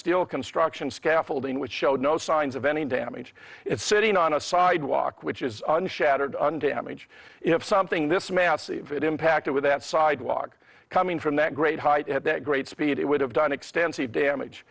steel construction scaffolding which showed no signs of any damage it's sitting on a sidewalk which is shattered undamaged if something this massive it impacted with that sidewalk coming from that great height at that great speed it would have done extensive damage